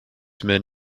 men